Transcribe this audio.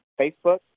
Facebook